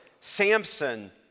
Samson